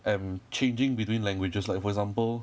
am changing between languages like for example